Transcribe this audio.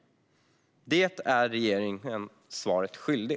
Här är regeringen svaret skyldig.